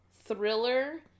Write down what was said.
thriller